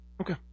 Okay